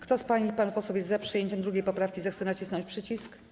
Kto z pań i panów posłów jest za przyjęciem 2. poprawki, zechce nacisnąć przycisk.